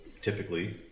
typically